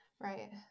Right